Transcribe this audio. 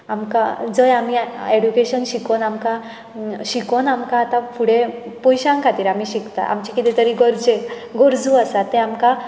आमकां जंय आमी एडुकेशन शिकून आमकां शिकून आमकां आतां फुडें पयशांक खातीर आमी शिकता आमचे कितें तरी गरजेक गरजो आसा तें आमकां